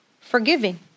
forgiving